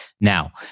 Now